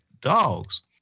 dogs